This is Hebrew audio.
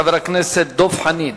חבר הכנסת דב חנין